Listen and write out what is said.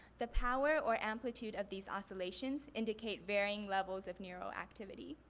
the power or amplitude of these oscillations indicate varying levels of neuro-activity